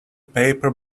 paper